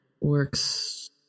works